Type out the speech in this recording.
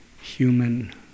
human